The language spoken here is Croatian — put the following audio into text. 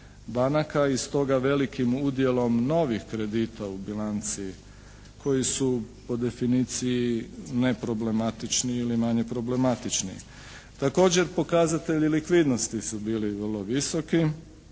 i stoga velikim udjelom novih kredita u bilanci koji su po definiciji neproblematični ili manje problematični. Također pokazatelji likvidnosti su bili vrlo visoki.